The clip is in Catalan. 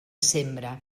sembra